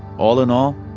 all in all,